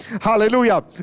hallelujah